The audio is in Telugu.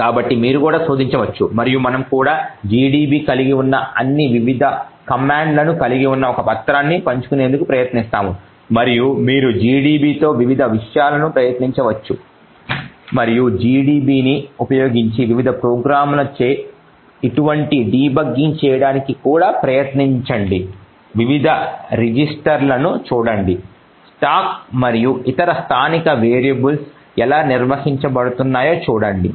కాబట్టి మీరు కూడా శోధించవచ్చు మరియు మనము కూడా gdb కలిగి ఉన్న అన్ని వివిధ కమాండ్ లను కలిగి ఉన్న ఒక పత్రాన్ని పంచుకునేందుకు ప్రయత్నిస్తాము మరియు మీరు gdb తో వివిధ విషయాలను ప్రయత్నించవచ్చు మరియు gdb ని ఉపయోగించి వివిధ ప్రోగ్రామ్లతో ఇటువంటి డీబగ్గింగ్ చేయడానికి కూడా ప్రయత్నించండి వివిధ రిజిస్టర్లను చూడండి స్టాక్ మరియు ఇతర స్థానిక వేరియబుల్స్ ఎలా నిర్వహించబడుతున్నాయో చూడండి